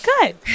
good